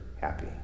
happy